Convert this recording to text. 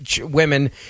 women